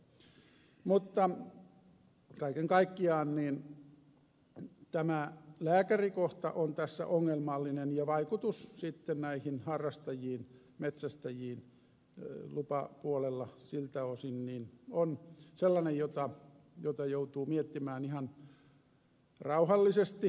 mutta kaiken kaikkiaan tämä lääkärikohta on tässä ongelmallinen ja vaikutus sitten näihin harrastajiin metsästäjiin lupapuolella siltä osin on sellainen jota joutuu miettimään ihan rauhallisesti